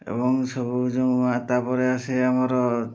ଏବଂ ସବୁ ଯେଉଁ ତା'ପରେ ଆସେ ଆମର